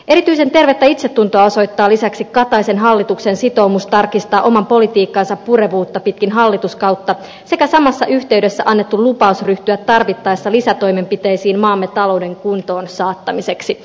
erityisen tervettä itsetuntoa osoittaa lisäksi kataisen hallituksen sitoumus tarkistaa oman politiikkansa purevuutta pitkin hallituskautta sekä samassa yhteydessä annettu lupaus ryhtyä tarvittaessa lisätoimenpiteisiin maamme talouden kuntoon saattamiseksi